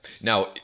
Now